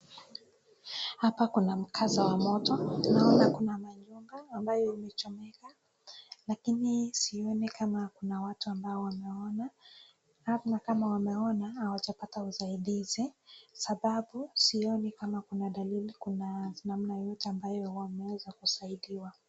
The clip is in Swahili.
Hapa kuna mkazo wa moto. Naona kuna manyumba ambayo imechomeka lakini sioni kama kuna watu ambao wameona ama kama wameona hawajapata usaidizi sababu sioni kama kuna dalili kuna namna yoyote ambayo wameweza kusaidiwa.